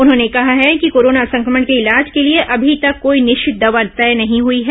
उन्होंने कहा है कि कोरोना संक्रमण के इलाज के लिए अभी तक कोई निश्चित दवा तय नहीं हई है